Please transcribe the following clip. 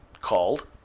called